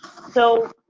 so,